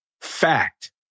fact